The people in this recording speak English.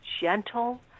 gentle